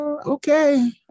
okay